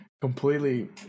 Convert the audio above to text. completely